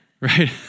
right